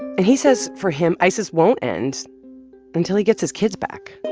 and he says for him, isis won't end until he gets his kids back.